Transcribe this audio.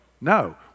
No